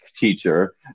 teacher